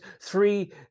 three